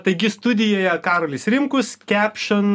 taigi studijoje karolis rimkus caption